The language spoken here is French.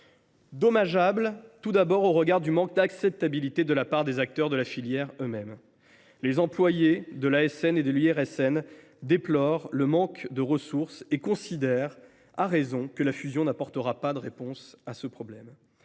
dommageable, tout d’abord, au regard du manque d’acceptabilité de la part des acteurs de la filière eux mêmes. Les employés de l’ASN et de l’IRSN déplorent le manque de ressources et considèrent à raison que la fusion n’apportera pas de réponse à ce problème.